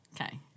okay